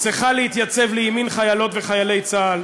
צריכה להתייצב לימין חיילות וחיילי צה"ל